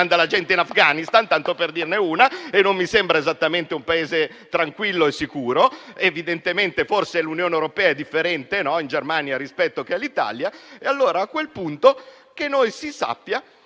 la gente in Afghanistan, tanto per dirne una, e non mi sembra esattamente un Paese tranquillo e sicuro. Evidentemente forse l'Unione europea è differente in Germania rispetto all'Italia. Allora a quel punto che noi si sappia